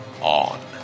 on